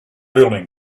building